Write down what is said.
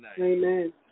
Amen